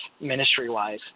ministry-wise